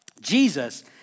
Jesus